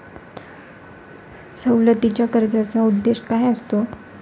सवलतीच्या कर्जाचा उद्देश काय असतो?